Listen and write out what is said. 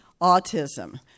autism